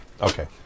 Okay